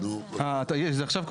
אנחנו נדבר